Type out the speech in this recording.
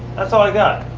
that's all i got.